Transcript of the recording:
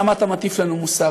למה אתה מטיף לנו מוסר.